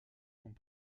sont